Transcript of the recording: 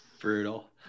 Brutal